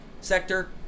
sector